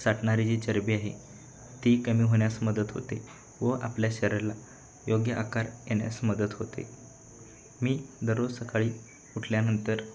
साठणारी जी चरबी आहे ती कमी होण्यास मदत होते व आपल्या शरीराला योग्य आकार येण्यास मदत होते मी दररोज सकाळी उठल्यानंतर